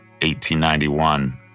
1891